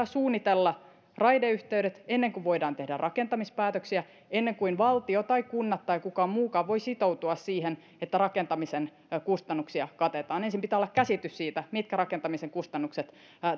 suunnitella raideyhteydet ennen kuin voidaan tehdä rakentamispäätöksiä ennen kuin valtio tai kunnat tai kukaan muukaan voi sitoutua siihen että rakentamisen kustannuksia katetaan ensin pitää olla käsitys siitä mitkä rakentamisen kustannukset